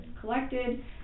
collected